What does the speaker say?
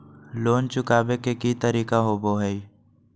Loan चुकाबे के की तरीका होबो हइ?